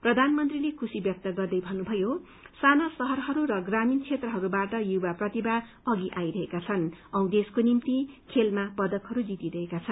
प्रधानमन्त्रीते खुशल व्यक्त गर्दै भन्नुषयो साना शहरहरू र ग्रमीण क्षेत्रहरूबाट युवा प्रतिभा अघि आइरहेका छन् औ देशका निम्ति खेलमा पदकहरू जितिरहेका छन्